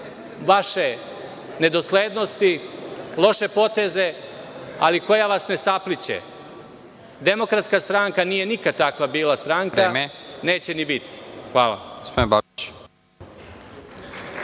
vaše nedoslednosti, loše poteze, ali koja vas ne sapliće. Demokratska stranka nije nikada takva bila stranka, neće ni biti. Hvala.